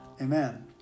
Amen